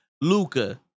Luca